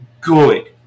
good